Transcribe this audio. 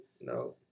No